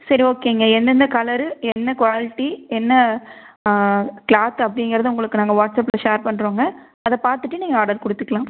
சரி ஓகேங்க எந்தெந்த கலரு என்ன குவாலிட்டி என்ன க்ளாத்து அப்படிங்கிறத உங்களுக்கு நாங்கள் வாட்ஸ்அப்பில் ஷேர் பண்ணுறோங்க அதை பார்த்துட்டு நீங்கள் ஆர்டர் கொடுத்துக்கலாம்